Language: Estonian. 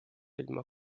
ilma